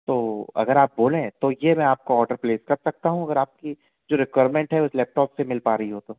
तो अगर आप बोले तो ये मैं आपको ऑर्डर प्लेस कर सकता हूँ अगर आपकी जो रिक्वायरमेंट है उस लैपटॉप से मिल पा रही हो तो